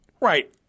Right